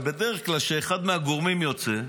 ובדרך כלל כשאחד מהגורמים יוצא,